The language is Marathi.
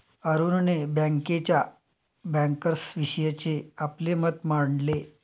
अरुणने बँकेच्या बँकर्सविषयीचे आपले मत मांडले